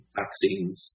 vaccines